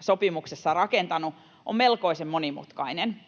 sopimuksessa rakentanut, on melkoisen monimutkainen.